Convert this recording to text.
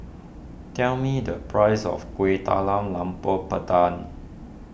tell me the price of Kueh Talam Tepong Pandan